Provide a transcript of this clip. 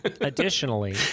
Additionally